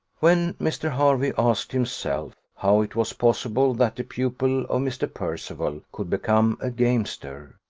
when mr. hervey asked himself how it was possible that the pupil of mr. percival could become a gamester,